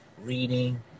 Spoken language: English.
reading